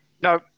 No